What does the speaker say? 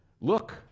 Look